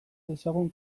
dezagun